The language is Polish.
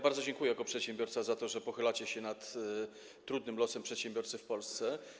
Bardzo dziękuję jako przedsiębiorca za to, że pochylacie się nad trudnym losem przedsiębiorcy w Polsce.